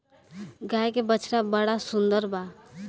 गाय के बछड़ा बड़ा सुंदर बावे